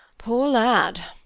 poor lad!